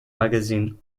magazine